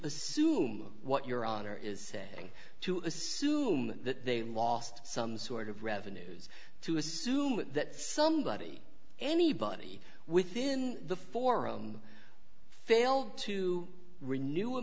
assume what your honor is saying to assume that they lost some sort of revenues to assume that somebody anybody within the forum failed to renew a